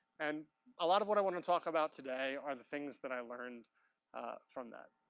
and a lot of what i want to talk about today are the things that i learned from that.